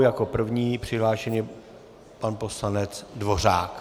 Jako první je přihlášený pan poslanec Dvořák.